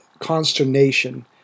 consternation